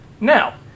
Now